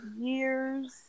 years